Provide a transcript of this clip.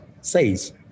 says